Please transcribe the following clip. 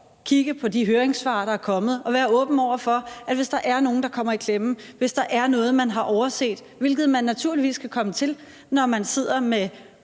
kigge på de høringssvar, der er kommet, og være åben over for, at hvis der er nogen, der kommer i klemme, hvis der er noget, man har overset – hvilket man naturligvis kan komme til, når man sidder med